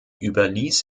überließ